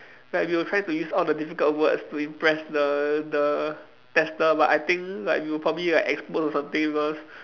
like we will try to use all the difficult words to impress the the tester but I think like we were probably like exposed or something because